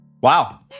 Wow